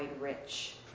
rich